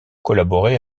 collaboré